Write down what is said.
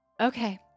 okay